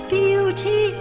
beauty